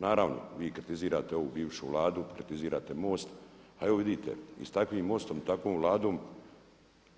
Naravno, vi kritizirate ovu bivšu Vladu, kritizirate MOST, a evo vidite i s takvim MOST-om i takvom vladom